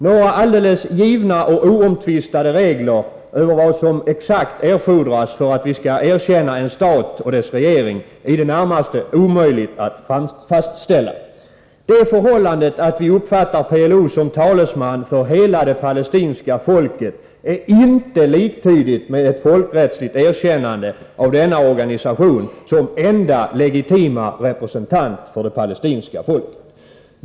Några alldeles givna och oomtvistliga regler för vad som exakt erfordras för att vi skall erkänna en stat och dess regering är i det närmaste omöjliga att fastställa. Det förhållandet att vi uppfattar PLO som talesman för hela det palestinska folket är inte liktydigt med ett folkrättsligt erkännande av denna organisation såsom enda legitima representant för det palestinska folket.